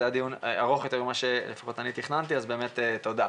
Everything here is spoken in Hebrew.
זה היה דיון ארוך משתכננתי אז תודה לכולם.